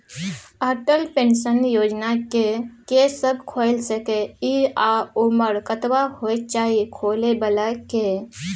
Atal pension योजना के के सब खोइल सके इ आ उमर कतबा होय चाही खोलै बला के?